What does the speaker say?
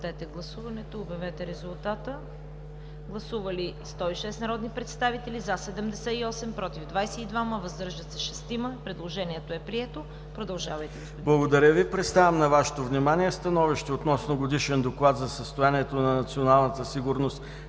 Благодаря Ви. Представям на Вашето внимание „СТАНОВИЩЕ относно Годишен доклад за състоянието на националната сигурност